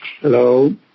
Hello